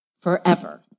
forever